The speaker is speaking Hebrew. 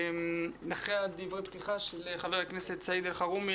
אחרי דברי הפתיחה של חבר הכנסת סעיד אלחרומי,